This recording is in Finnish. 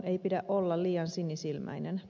ei pidä olla liian sinisilmäinen